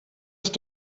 ist